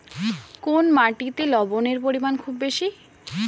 কোন মাটিতে লবণের পরিমাণ খুব বেশি?